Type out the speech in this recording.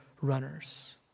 runners